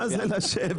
מה זה לשבת?